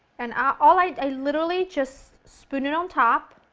and ah all, i i literally just spoon it on top,